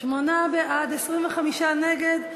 שמונה בעד, 25 נגד.